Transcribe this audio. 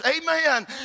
amen